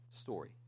story